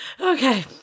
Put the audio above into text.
Okay